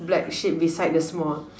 the black sheep beside the small